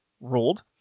ruled